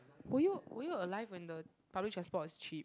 were you were you alive when the public transport is cheap